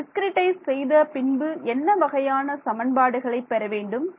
நாம் டிஸ்கிரிட்டைஸ் செய்த பின்பு என்ன வகையான சமன்பாடுகளை பெறவேண்டும்